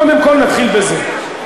קודם כול נתחיל בזה.